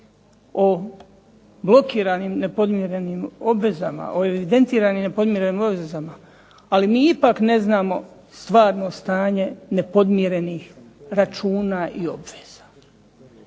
o blokiranim nepodmirenim obvezama, o evidentiranim nepodmirenim obvezama, ali mi ipak ne znamo stvarno stanje nepodmirenih računa i obveza.